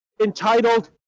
entitled